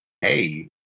Hey